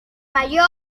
mayor